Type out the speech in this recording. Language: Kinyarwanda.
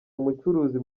umucuruzi